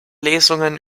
lesungen